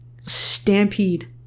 stampede